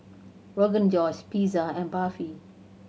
Rogan Josh Pizza and Barfi